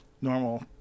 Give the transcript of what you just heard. Normal